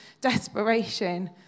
desperation